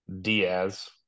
Diaz